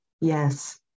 Yes